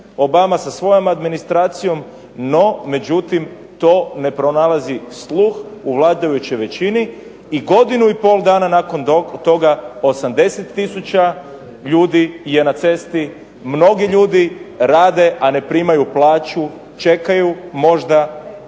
Obama sa svojom administracijom no međutim to ne pronalazi sluh u vladajućoj većini i godinu i pol dana nakon toga 80 tisuća ljudi je na cesti, mnogi ljudi rade, a ne primaju plaću. Čekaju možda,